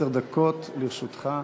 עשר דקות לרשותך.